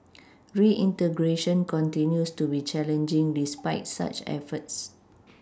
reintegration continues to be challenging despite such efforts